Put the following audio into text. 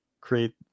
create